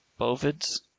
Bovids